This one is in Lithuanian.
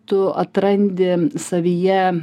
tu atrandi savyje